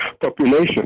population